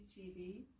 TV